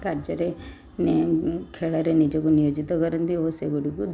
କାର୍ଯ୍ୟରେ ଖେଳରେ ନିଜକୁ ନିୟୋଜିତ କରନ୍ତି ଏବଂ ସେଗୁଡ଼ିକୁ